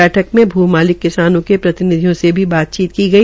बैठक में भु मालिक किसानों के प्रतिनिधियों से भी बातचीत की गई